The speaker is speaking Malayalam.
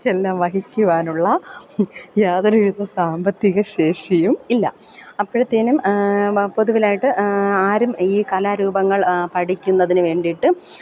എല്ലാം വഹിക്കുവാനുള്ള യാതൊരുവിധ സാമ്പത്തിക ശേഷിയും ഇല്ല അപ്പഴത്തേനും പൊതുവിലായിട്ട് ആരും ഈ കലാരൂപങ്ങൾ പഠിക്കുന്നതിന് വേണ്ടിയിട്ട്